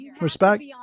Respect